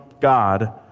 God